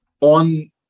on